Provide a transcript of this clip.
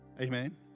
Amen